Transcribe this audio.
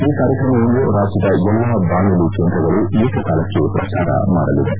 ಈ ಕಾರ್ಯಕ್ರಮವನ್ನು ರಾಜ್ಯದ ಎಲ್ಲಾ ಬಾನುಲಿ ಕೇಂದ್ರಗಳು ಏಕ ಕಾಲಕ್ಷೆ ಪ್ರಸಾರ ಮಾಡಲಿವೆ